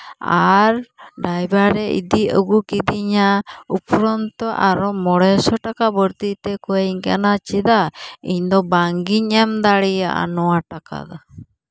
ᱟᱨ driver ᱮ ᱤᱫᱤ ᱟᱹᱜᱩ ᱠᱤᱫᱤᱧᱟ ᱚᱯᱷᱩᱨᱚᱱᱛᱚ ᱢᱚᱬᱮ ᱥᱚ ᱴᱟᱠᱟ ᱵᱟᱹᱲᱛᱤ ᱛᱮ ᱠᱚᱭᱮᱧ ᱠᱟᱱᱟ ᱪᱮᱫᱟᱜ ᱤᱧᱫᱚ ᱵᱟᱝᱜᱮᱧ ᱮᱢ ᱫᱟᱲᱮᱭᱟᱜᱼᱟ ᱱᱚᱣᱟ ᱴᱟᱠᱟ ᱫᱚ